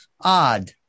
odd